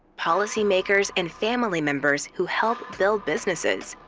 policymakers and family members who help build businesses,